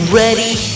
ready